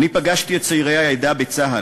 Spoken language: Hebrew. אני פגשתי את צעירי העדה בצה"ל,